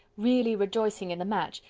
really rejoicing in the match,